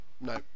No